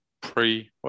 pre